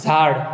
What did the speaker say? झाड